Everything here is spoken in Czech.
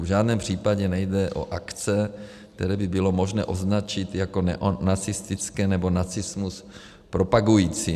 V žádném případě nejde o akce, které by bylo možné označit jako neonacistické nebo nacismus propagující.